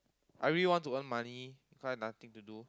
I really want to earn money cause I nothing to do